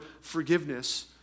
forgiveness